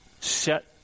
set